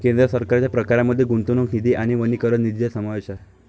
केंद्र सरकारच्या प्रकारांमध्ये गुंतवणूक निधी आणि वनीकरण निधीचा समावेश आहे